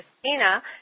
Christina